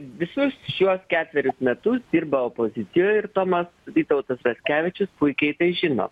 visus šiuos ketverius metus dirba opozicijoje ir tomas vytautas raskevičius puikiai žino